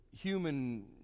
human